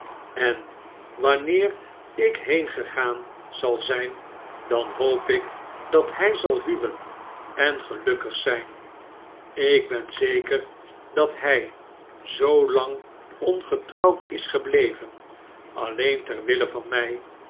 en wanneer ik heengegaan zal zijn dan hoop ik dat hij zal huwen en gelukkig zp ik ben zeker dat hy zoolang ongetrouwd is gebleven alleen ter wille van my